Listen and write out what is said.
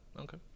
Okay